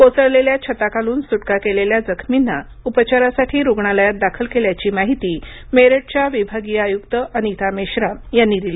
कोसळलेल्या छताखालून सुटका केलेल्या जखमींना उपचारासाठी रुग्णालयात दाखल केल्याची माहिती मेरठच्या विभागीय आयुक्त अनिता मेश्राम यांनी दिली